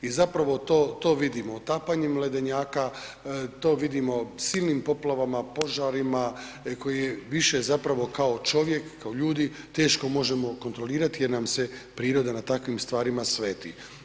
I zapravo to vidimo otapanjem ledenjaka, to vidimo silnim poplavama, požarima koje više zapravo kao čovjek, kao ljudi teško možemo kontrolirati jer nam se priroda na takvim stvarima sveti.